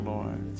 Lord